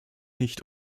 nicht